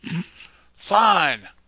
Fine